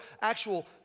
actual